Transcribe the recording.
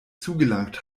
zugelangt